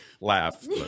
laugh